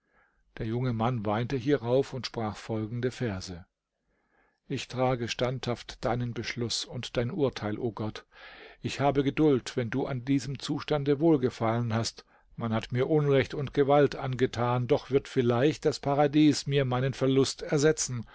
der junge mann weinte hierauf und sprach folgende verse ich trage standhaft deinen beschluß und dein urteil o gott ich habe geduld wenn du an diesem zustande wohlgefallen hast man hat mir unrecht und gewalt angetan doch wird vielleicht das paradies mir meinen verlust ersetzen